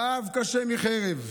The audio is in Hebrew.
רעב קשה מחרב,